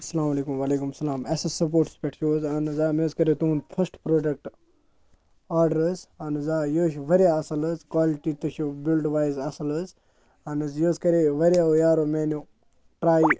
اَسَلامُ علیکُم وعلیکُم سَلام اٮ۪س اٮ۪س سَپوٹٕس پٮ۪ٹھ چھُ حظ اہَن حظ آ مےٚ حظ کَریو تُہُنٛد فٔسٹہٕ پرٛوڈَکٹ آرڈَر حظ اہَن حظ آ یہِ حظ چھِ واریاہ اَصٕل حظ کالٹی تہِ چھِ بِلڈ وایِز اَصٕل حظ اہَن حظ یہِ حظ کَرے واریاہ یارو میٛانیو ٹرٛاے